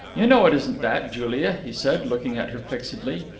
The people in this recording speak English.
you know it isn't that, julia, he said, looking at her fixedly.